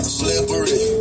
slippery